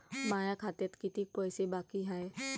माया खात्यात कितीक पैसे बाकी हाय?